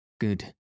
Good